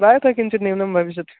प्रायः किञ्चित् न्यूनं भविष्यति